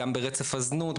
גם ברצף הזנות,